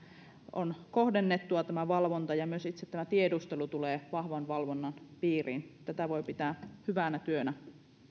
on kohdennettua ja myös itse tiedustelu tulee vahvan valvonnan piiriin tätä voi pitää hyvänä työnä